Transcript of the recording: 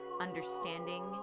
understanding